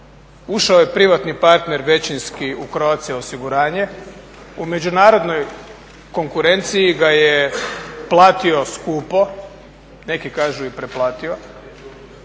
ušao je privatni partner većinski u Croatia osiguranje, u međunarodnoj konkurenciji ga je platio skupo, neki kažu i preplatio,